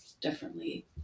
differently